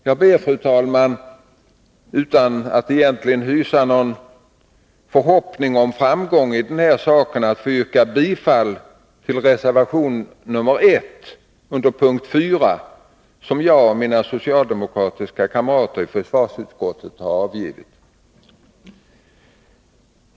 Jag ber, fru talman, utan att egentligen hysa någon förhoppning om framgång i denna sak, att få yrka bifall till reservation 1 under punkt 5, som jag och mina socialdemokratiska kamrater i försvarsutskottet har avgivit.